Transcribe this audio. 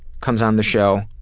comes on the show